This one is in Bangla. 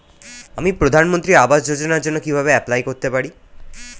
আমি প্রধানমন্ত্রী আবাস যোজনার জন্য কিভাবে এপ্লাই করতে পারি?